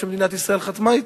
שמדינת ישראל חתמה אתם.